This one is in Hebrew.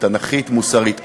תנ"כית ומוסרית.